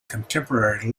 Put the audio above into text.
contemporary